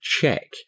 check